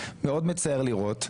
מאוד מצער לראות,